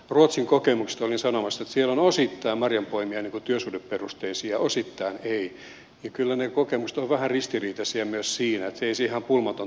ruotsin kokemukset olin sanomassa että siellä ovat marjanpoimijat osittain työsuhdeperusteisia osittain eivät ovat kyllä vähän ristiriitaisia myös siinä niin että ei sekään ihan pulmaton tapa ole